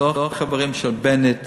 אני לא מהחברים של בנט.